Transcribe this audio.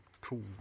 cool